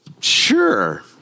sure